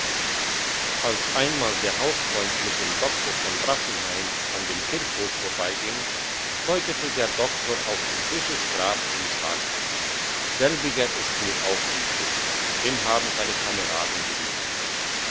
als einmal der hausfreund mit dem doktor von brassenheim an dem kirchhof vorbeiging deutete der doktor auf ein frisches grab und sagte selbiger ist mir auch entwischt den haben seine kameraden geliefert